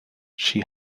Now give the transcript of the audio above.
she